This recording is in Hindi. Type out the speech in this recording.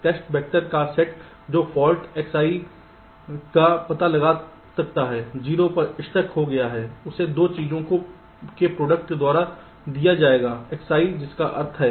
टेस्ट वैक्टर का सेट जो फाल्ट XI का पता लगा सकता है 0 पर स्टक हो गया है उसे 2 चीजों के प्रोडक्ट द्वारा दिया जाएगा Xi जिसका अर्थ है